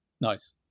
Nice